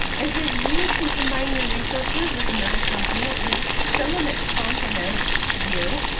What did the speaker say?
is if you can combine your resources with another company, with someone that complements you,